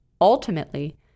Ultimately